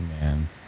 man